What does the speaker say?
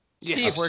Steve